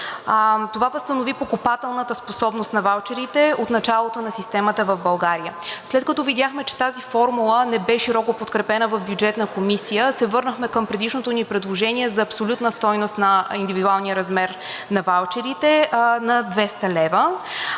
Това възстанови покупателната способност на ваучерите от началото на системата в България. След като видяхме, че тази формула не бе широко подкрепена в Бюджетната комисия, се върнахме към предишното ни предложение за абсолютна стойност на индивидуалния размер на ваучерите – на 200 лв.,